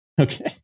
Okay